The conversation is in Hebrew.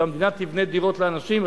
שהמדינה תבנה דירות לאנשים.